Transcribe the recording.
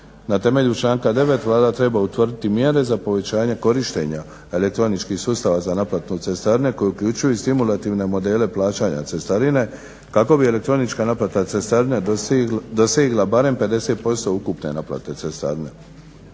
Na temelju članka 9. Vlada treba utvrditi mjere za povećanje korištenja elektroničkih sustava za naplatu cestarine koji uključuju i stimulativne modele plaćanja cestarine kako elektronička naplata cestarine dosegla barem 50% ukupne naplate cestarine.